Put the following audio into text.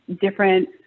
different